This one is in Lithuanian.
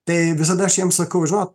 tai visada aš jiems sakau žinot